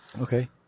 Okay